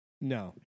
No